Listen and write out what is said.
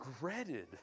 regretted